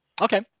Okay